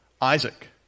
Isaac